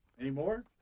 Anymore